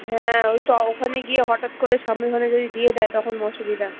হ্যাঁ ওই তো ওখানে গিয়ে হঠাৎ করে সামনে মানে যদি দিয়ে দেয় তখন অসুবিধা